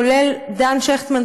כולל דן שכטמן,